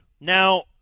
Now